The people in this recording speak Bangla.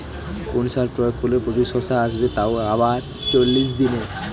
কোন সার প্রয়োগ করলে প্রচুর শশা আসবে তাও আবার চল্লিশ দিনে?